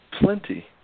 plenty